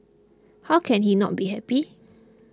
how can he not be happy